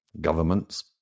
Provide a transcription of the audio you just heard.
governments